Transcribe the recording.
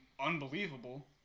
unbelievable